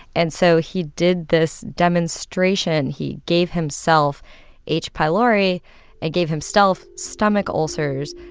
and so he did this demonstration. he gave himself h. pylori and gave himself stomach ulcers.